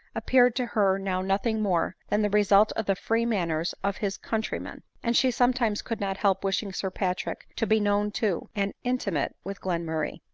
appeared to her now nothing more than the result of the free manners of his countrymen and she sometimes could not help wishing sir patrick to be known to, and intimate with glenmurray.